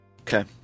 Okay